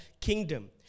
kingdom